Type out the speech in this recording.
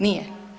Nije.